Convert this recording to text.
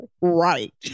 right